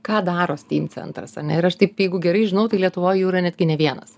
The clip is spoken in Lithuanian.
ką daro steam centras ar ne ir aš taip jeigu gerai žinau tai lietuvoj jų yra netgi ne vienas